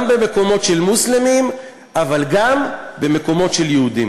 גם במקומות של מוסלמים, אבל גם במקומות של יהודים.